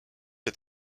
est